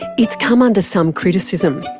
it's come under some criticism.